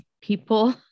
people